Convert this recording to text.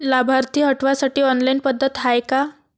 लाभार्थी हटवासाठी ऑनलाईन पद्धत हाय का?